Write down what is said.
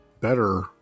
better